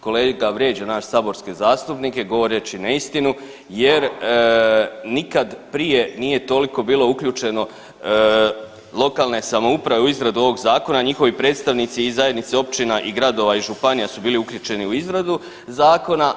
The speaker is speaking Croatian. Kolega vrijeđa nas saborske zastupnike govoreći neistinu, jer nikad prije nije toliko bilo uključeno lokalne samouprave u izradu ovog zakona, njihovi predstavnici i zajednice općina i gradova i županija su bili uključeni u izradu zakona.